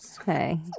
okay